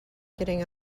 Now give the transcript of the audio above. getting